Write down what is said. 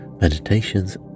meditations